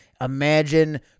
Imagine